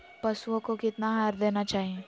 पशुओं को कितना आहार देना चाहि?